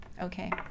Okay